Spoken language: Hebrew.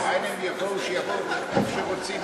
מאין הם יבואו, שיבואו מאיפה שהם רוצים.